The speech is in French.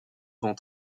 vend